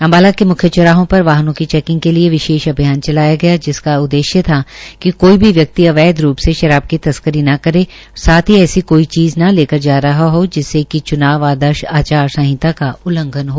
अम्बाला के मुख्य चौराहों पर वाहनों की चैकिंग के लिये विशेष अभियान चलाया गया जिसाक उद्देश्य था कि कोई भी व्यक्ति अवैध रूप से शराब की तस्करी न करे और साथ ही कोई चीज़ न लेकर जा रहा हो जिससे कि च्नाव आदर्श आचार संहिता का उल्लंघन हो